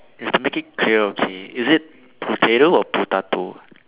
you have to make it clear okay is it potato or potato